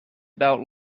about